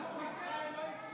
ישראל לא הצביע,